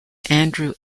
andrew